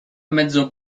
mezzo